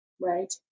right